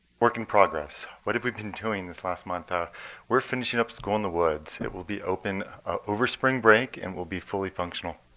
work in progress. what have we been doing this last month? ah we're finishing up school in the woods. it will be open over spring break and will be fully functional.